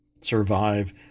survive